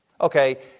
Okay